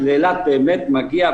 כי לאילת באמת מגיע.